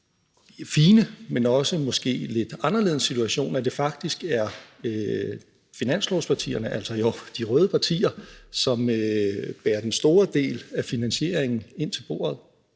synes jeg, fine, men også måske lidt anderledes situation, at det faktisk er finanslovspartierne, altså de røde partier, som bærer den store del af finansieringen ind til bordet.